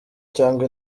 cyangwa